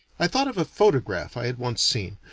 i thought of a photograph i had once seen,